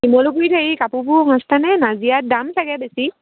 শিমলুগুৰিত হেৰি কাপোৰবোৰ সস্তা নে নাজিৰাত দাম চাগে বেছি